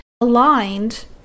aligned